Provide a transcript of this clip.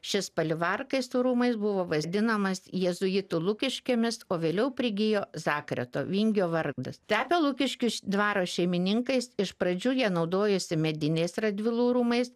šis palivarkai su rūmais buvo vadinamas jėzuitų lukiškėmis o vėliau prigijo zakrio to vingio vardas tapę lukiškių dvaro šeimininkais iš pradžių jie naudojosi mediniais radvilų rūmais